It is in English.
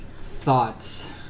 thoughts